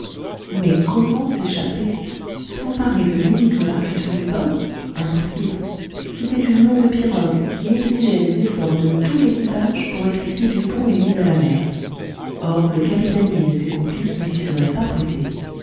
mais comment s'échapper s'emparer de l'unique embarcation du bord impossible c'était une lourde pirogue qui exigeait les efforts de tout l'équipage pour être hissée du pont et mise à la mer or le capitaine yin et ses complices ne s'y seraient pas prêtés